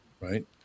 right